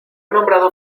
nombrado